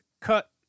cut